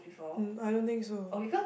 um I don't think so